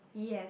yes